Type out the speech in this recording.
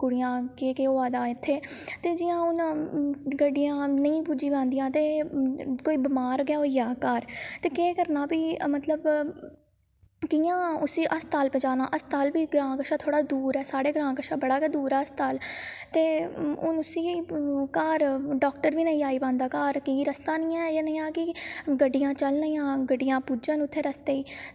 कुड़ियां केह् केह् होआ दा इत्थें ते जियां हून गड्डियां नेईं पुज्जी पांदियां ते कोई बमार गै होई जा घर ते केह् करना फ्ही मतलब कि'यां उसी अस्पताल पजाना अस्पताल बी ग्रांऽ कशा थोह्ड़ा दूर ऐ साढ़े ग्रांऽ कशा बड़ा गै दूर ऐ अस्पताल ते हून उसी घर डाक्टर बी नेईं आई पांदा घर कि रस्ता गै निं ऐ एह् नेहा कि गड्डियां चलन जां गड्डियां पुज्जन उत्थें रस्ते च